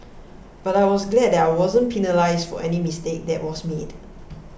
but I was glad that I wasn't penalised for any mistake that was made